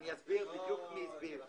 אני אסביר בדיוק מי הסביר.